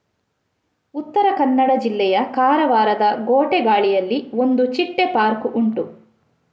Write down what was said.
ಉತ್ತರ ಕನ್ನಡ ಜಿಲ್ಲೆಯ ಕಾರವಾರದ ಗೋಟೆಗಾಳಿಯಲ್ಲಿ ಒಂದು ಚಿಟ್ಟೆ ಪಾರ್ಕ್ ಉಂಟು